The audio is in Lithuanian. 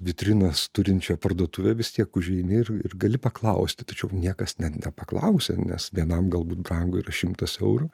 vitrinas turinčią parduotuvę vis tiek užeini ir ir gali paklausti tačiau niekas net nepaklausė nes vienam galbūt brangu yra šimtas eurų